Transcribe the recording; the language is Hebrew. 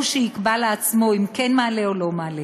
יקבע לעצמו אם הוא כן מעלה או לא מעלה.